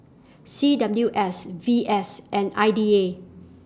C W S V S and I D A